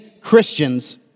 Christians